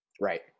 Right